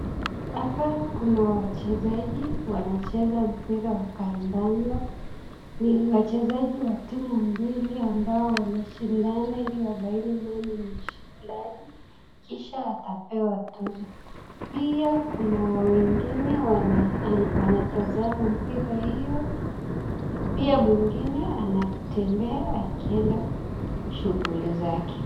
Hapa kuna wachezaji wanacheza mpira ya kandanda ni wachesaji wa timu mbili ambao wanashindana hili wabaini ni nani mweshindi kishaatapewa tuzo, pia kuna wengine wanatazama mpira hiyo pia mwingine anatembea akienda shughuli zake.